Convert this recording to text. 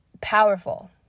Powerful